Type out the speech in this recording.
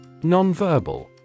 Nonverbal